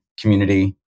community